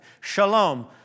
Shalom